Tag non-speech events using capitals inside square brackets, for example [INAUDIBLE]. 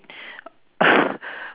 [LAUGHS]